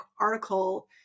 article